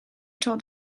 told